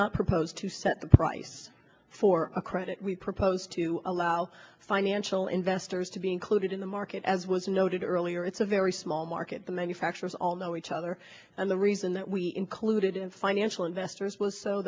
not propose to set the price for a credit we proposed to allow financial investors to be included in the market as was noted earlier it's a very small market the manufacturers all know each other and the reason that we included in financial investors was so